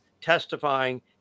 testifying